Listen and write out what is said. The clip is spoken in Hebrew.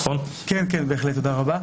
תודה רבה.